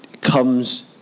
comes